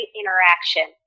interaction